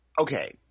Okay